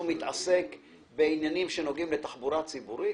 מתעסק בעניינים שנוגעים לתחבורה ציבורית?